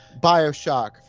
Bioshock